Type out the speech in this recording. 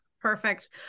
Perfect